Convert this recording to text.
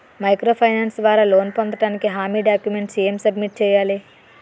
Micro finance ద్వారా loan పొందటానికి హామీ డాక్యుమెంట్స్ ఎం సబ్మిట్ చేయాలి?